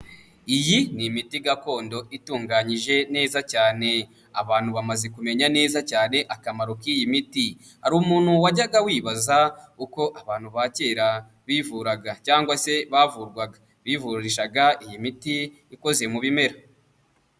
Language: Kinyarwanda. Iyi ni imiti gakondo itunganyije neza cyane, abantu bamaze kumenya neza cyane akamaro k'iyi miti, hari umuntu wajyaga wibaza uko abantu ba kera bivuraga cyangwa se bavurwaga bivurishaga iyi miti ikoze mu bimera.